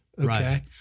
okay